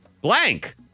blank